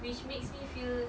makes me feel